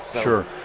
Sure